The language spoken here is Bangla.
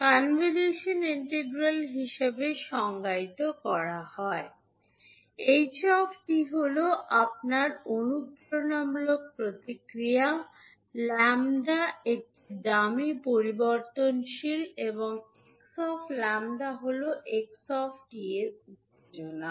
কনভোলশন ইন্টিগ্রাল হিসাবে সংজ্ঞায়িত করা হয় ℎ 𝑡 হল আপনার অনুপ্রেরণামূলক প্রতিক্রিয়া 𝜆 একটি ডামি পরিবর্তনশীল এবং 𝑥 𝜆 হল 𝑥 𝑡 এর উত্তেজনা